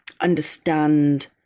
understand